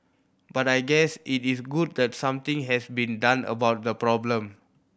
but I guess it is good that something has been done about the problem